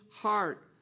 heart